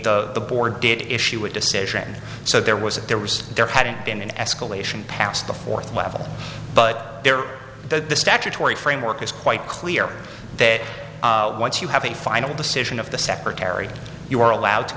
da the board did issue a decision so there was a there was there hadn't been an escalation past the fourth level but there the statutory framework is quite clear that once you have a final decision of the secretary you are allowed to